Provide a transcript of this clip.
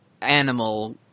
animal